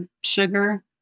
sugar